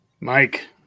Mike